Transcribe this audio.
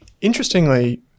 Interestingly